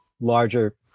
larger